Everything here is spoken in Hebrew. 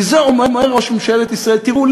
כי את זה אומר ראש ממשלת ישראל: תראו,